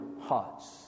hearts